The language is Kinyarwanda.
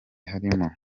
harimo